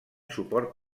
suport